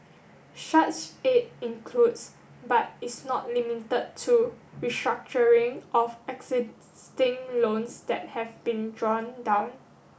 such aid includes but is not limited to restructuring of loans that have been drawn down